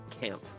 camp